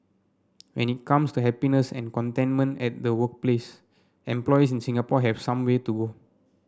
when it comes to happiness and contentment at the workplace employees in Singapore have some way to go